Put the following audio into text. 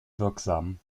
wirksam